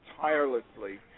tirelessly